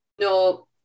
No